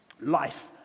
life